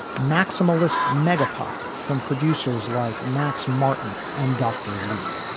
maximalists, mega pop from producers like max martin and dr. luke